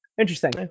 interesting